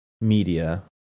media